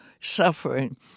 suffering